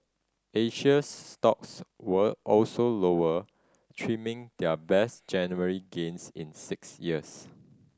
Asians stocks were also lower trimming their best January gains in six years